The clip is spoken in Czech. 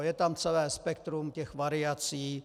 Je tam celé spektrum těch variací.